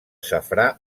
safrà